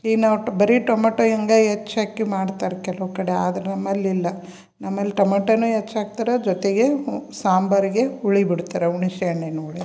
ಇನ್ನು ಬರಿ ಟೊಮೇಟೊ ಹೆಂಗ ಹೆಚ್ಚಾಕಿ ಮಾಡ್ತರೆ ಕೆಲವ್ ಕಡೆ ಆದ್ರೆ ನಮ್ಮಲ್ಲಿಲ್ಲ ನಮ್ಮಲ್ಲಿ ಟೊಮ್ಯಾಟೊನೂ ಹೆಚ್ಚಾಗ್ತಾರೆ ಜೊತೆಗೆ ಸಾಂಬಾರಿಗೆ ಹುಳಿ ಬಿಡ್ತಾರೆ ಹುಣ್ಶೆ ಹಣ್ಣಿನ ಹುಳಿ